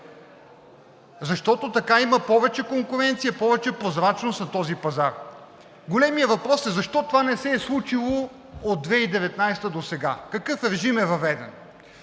Защото така има повече конкуренция, повече прозрачност на този пазар. Големият въпрос е: защо това не се е случило от 2019 г. досега? Какъв режим е въведен?